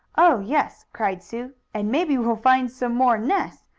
oh, yes! cried sue. and maybe we'll find some more nests.